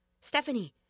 Stephanie